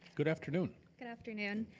good afternoon. good afternoon,